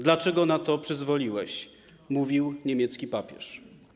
Dlaczego na to przyzwoliłeś?” - mówił niemiecki papież.